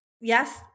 yes